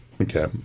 okay